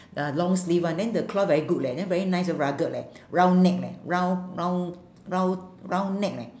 uh long sleeve one then the cloth very good leh then very nice and rugged leh round neck leh round round round round neck leh